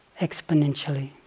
exponentially